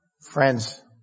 Friends